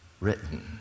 written